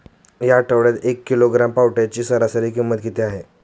या आठवड्यात एक किलोग्रॅम पावट्याची सरासरी किंमत किती आहे?